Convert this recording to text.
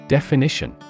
Definition